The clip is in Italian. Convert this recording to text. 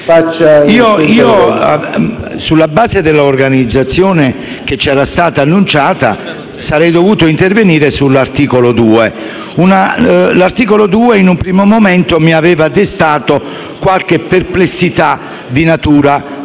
più. Sulla base dell'organizzazione che ci era stata annunciata, sarei dovuto intervenire sull'articolo 2, che in un primo momento aveva destato in me qualche perplessità di natura